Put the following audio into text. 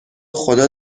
خدا